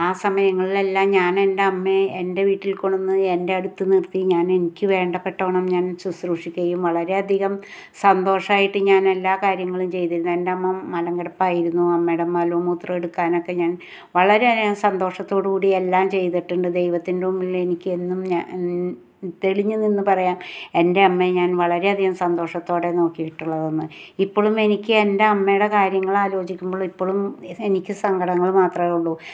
ആ സമയങ്ങളിൽ എല്ലാം ഞാൻ എൻറ്റമ്മയെ എൻ്റെ വീട്ടിൽ കൊണ്ടന്ന് എൻ്റെ അടുത്ത് നിർത്തി ഞാൻ എനിക്ക് വേണ്ടപ്പെട്ടോണം ഞാൻ ശുശ്രൂഷിക്കുകയും വളരെയധികം സന്തോഷമായിട്ട് ഞാനെല്ലാ കാര്യങ്ങളും ചെയ്യതിരുന്ന് എൻറ്റമ്മ മലം കിടപ്പായിരുന്നു അമ്മേടെ മലോം മൂത്രോം എടുക്കാനൊക്കെ ഞാൻ വളരെ ഞാൻ സന്തോഷത്തോടു കൂടി എല്ലാം ചെയ്തിട്ടുണ്ട് ദൈവത്തിൻറ്റെ മുമ്പിൽ എനിക്കെന്നും തെളിഞ്ഞ് നിന്ന് പറയാം എൻ്റെമ്മയെ ഞാൻ വളരെയധികം സന്തോഷത്തോടെ നോക്കിയിട്ടുള്ളതെന്ന് ഇപ്പളും എനിക്ക് എൻറ്റമ്മേടെ കാര്യങ്ങൾ ആലോചിക്കുമ്പോൾ ഇപ്പളും എനിക്ക് സങ്കടങ്ങൾ മാത്രോള്ളു